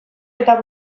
eta